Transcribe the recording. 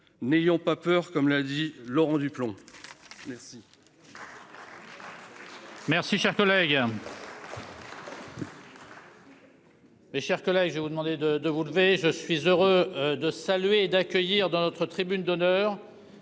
n'ayons pas peur comme l'a dit Laurent Duplomb. Merci.